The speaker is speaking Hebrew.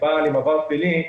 בעל עם עבר פלילי,